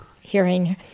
hearing